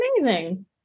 amazing